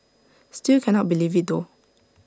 still cannot believe IT though